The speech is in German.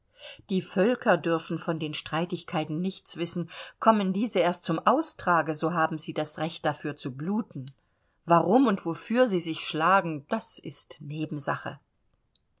die völker dürfen von den streitigkeiten nichts wissen kommen diese erst zum austrage so haben sie das recht dafür zu bluten warum und wofür sie sich schlagen das ist nebensache